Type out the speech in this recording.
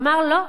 אמר: לא,